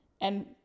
And-